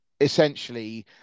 essentially